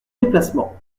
déplacement